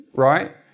Right